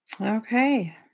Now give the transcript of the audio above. Okay